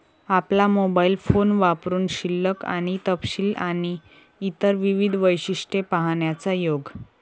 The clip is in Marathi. आपला मोबाइल फोन वापरुन शिल्लक आणि तपशील आणि इतर विविध वैशिष्ट्ये पाहण्याचा योग